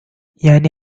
یعنی